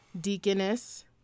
deaconess